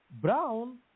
brown